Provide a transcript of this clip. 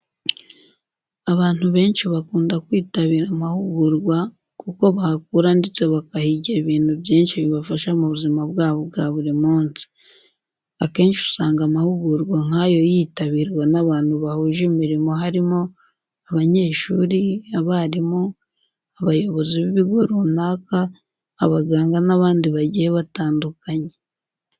Abantu benshi bakunda kwitabira amahugurwa, kuko bahakura ndetse bakahigira ibintu byinshi bibafasha mu buzima bwabo bwa buri munsi. Akenshi, usanga amahugurwa nk'ayo yitabirwa n'abantu bahuje imirimo harimo: abanyeshuri, abarimu, abayobozi b'ibigo runaka, abaganga n'abandi bagiye batandukanye.